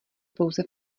pouze